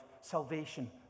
salvation